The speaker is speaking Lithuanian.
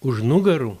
už nugarų